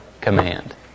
command